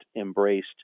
embraced